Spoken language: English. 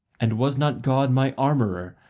and was not god my armourer,